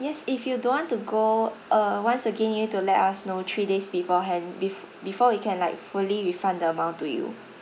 yes if you don't want to go uh once again you need to let us know three days beforehand bef~ before we can like fully refund the amount to you